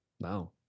Wow